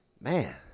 Man